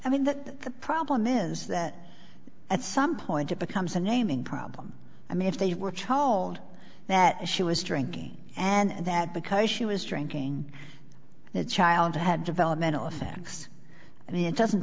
i mean that the problem is that at some point it becomes a naming problem i mean if they were told that she was drinking and that because she was drinking and the child had developmental effects i mean it doesn't